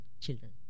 children